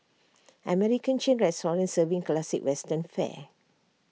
American chain restaurant serving classic western fare